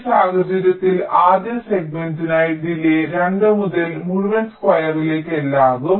ഈ സാഹചര്യത്തിൽ ആദ്യ സെഗ്മെന്റിനായി ഡിലേയ് 2 മുതൽ മുഴുവൻ സ്ക്വയറിലേക്ക് L ആകും